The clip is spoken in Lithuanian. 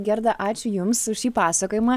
gerda ačiū jums už šį pasakojimą